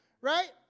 right